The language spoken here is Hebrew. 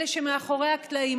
אלה שמאחורי הקלעים,